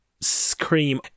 scream